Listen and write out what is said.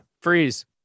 freeze